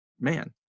man